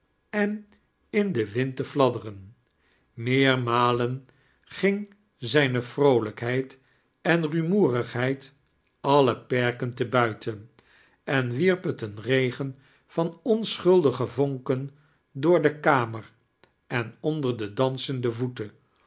en in den wind te fladderen meermalen ging zijne vroolijkheid en rumoerigheid alle perken te buiten en wierp het een regen van onschuldige vonken door de kamer en onder de dansende voeten